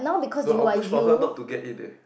no I'll push for her not to get in eh